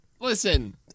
Listen